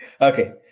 Okay